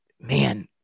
man